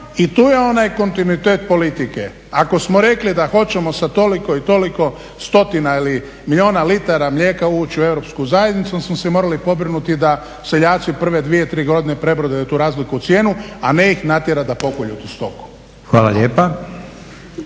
I tu je onaj kontinuitet politike. Ako smo rekli da hoćemo sa toliko i toliko stotina ili milijuna litara mlijeka ući u Europsku zajednicu onda smo se morali pobrinuti da seljaci prve dvije, tri godine prebrode tu razliku u cijeni a ne ih natjerati da pokolju tu stoku.